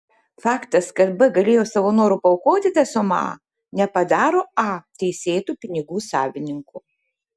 faktas kad b galėjo savo noru paaukoti tą sumą a nepadaro a teisėtu pinigų savininku